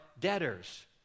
debtors